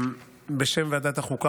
בשם ועדת החוקה,